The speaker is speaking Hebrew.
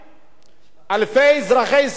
אלפי אזרחי ישראל הלכו,